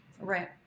Right